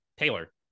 Taylor